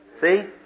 See